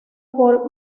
por